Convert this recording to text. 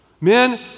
Men